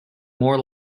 more